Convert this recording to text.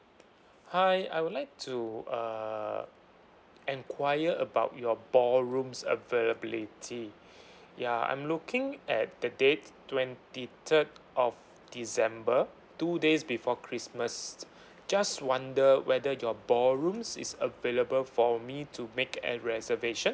hi I would like to uh enquire about your ballrooms availability ya I'm looking at the date twenty third of december two days before christmas just wonder whether your ballrooms is available for me to make an reservation